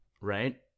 Right